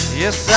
yes